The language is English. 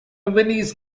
viennese